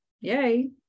yay